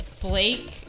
Blake